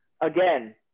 again